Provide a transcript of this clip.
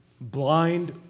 blind